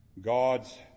God's